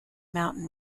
mountain